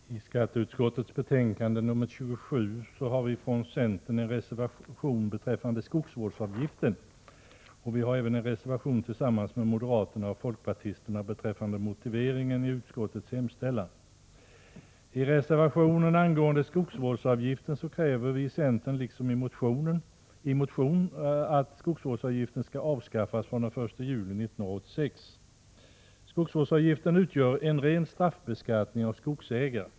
Herr talman! I skatteutskottets betänkande nr 27 har vi från centern en reservation beträffande skogsvårdsavgiften. Vi har även en reservation tillsammans med moderaterna och folkpartisterna beträffande motiveringen i utskottets hemställan. I reservationen angående skogsvårdsavgiften kräver vi i centern, liksom i en motion, att skogsvårdsavgiften skall avskaffas från den 1 juli 1986. Skogsvårdsavgiften utgör en ren straffbeskattning av skogsägare.